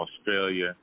Australia